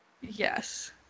Yes